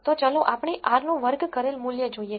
તો ચાલો આપણે r નો વર્ગ કરેલ મૂલ્ય જોઈએ